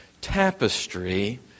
tapestry